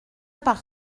part